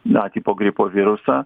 a tipo gripo virusą